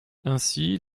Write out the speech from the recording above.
ainsi